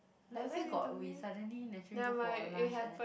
like where got we suddenly naturally go for lunch like that